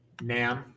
Nam